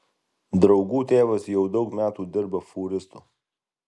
draugų tėvas jau daug metų dirba fūristu